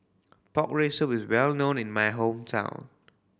pork rib soup is well known in my hometown